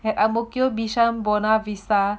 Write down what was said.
and ang mo kio bishan buona vista